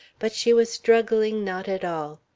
but she was struggling not at all.